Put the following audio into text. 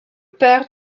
père